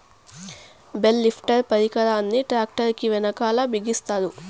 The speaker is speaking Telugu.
బేల్ లిఫ్టర్ పరికరాన్ని ట్రాక్టర్ కీ వెనకాల బిగిస్తారు